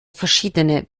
verschiedene